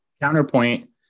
Counterpoint